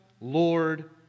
Lord